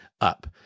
up